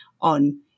on